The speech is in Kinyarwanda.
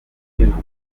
bivugwa